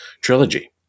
trilogy